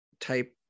type